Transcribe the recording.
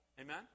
Amen